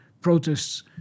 protests